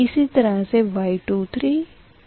इसी तरह से y23y32